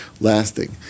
lasting